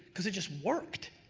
because it just worked.